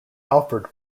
alford